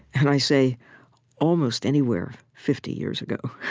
and i say almost anywhere, fifty years ago.